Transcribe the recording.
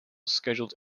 scheduled